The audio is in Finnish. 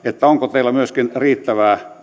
onko teillä myöskin riittävää